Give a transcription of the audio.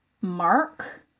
mark